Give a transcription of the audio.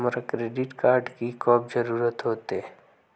हमरा credit card की कब जरूरत होते?